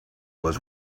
was